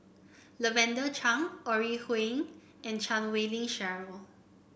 Lavender Chang Ore Huiying and Chan Wei Ling Cheryl